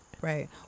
Right